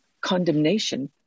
condemnation